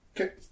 Okay